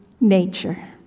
nature